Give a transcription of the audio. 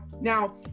Now